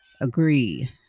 agree